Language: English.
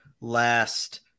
last